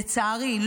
לצערי,